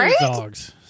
dogs